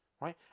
right